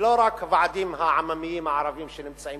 ולא רק של הוועדים העממיים הערביים שנמצאים